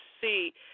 see